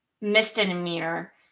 misdemeanor